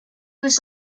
was